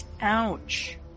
Ouch